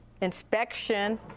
inspection